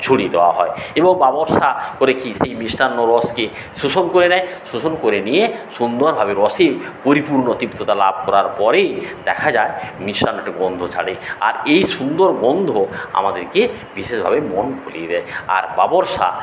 ছড়িয়ে দেওয়া হয় এবং বাবরসা মিষ্টান্নর রসকে শোষণ করে নেয় শোষণ করে নিয়ে সুন্দর ভাবে রসে পরিপূর্ণতা তৃপ্তটা লাভ করার পরে দেখা যায় বিশাল একটা গন্ধ ছাড়ে আর এই সুন্দর গন্ধ আমাদেরকে বিশেষভাবে মন ভরিয়ে দেয় আর বাবরসা